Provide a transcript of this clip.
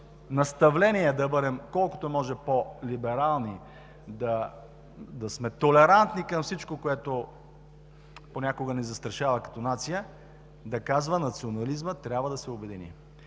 наставления да бъдем колкото можем по-либерални, да сме толерантни към всичко, което понякога ни застрашава като нация, да казва: национализмът трябва да се обедини.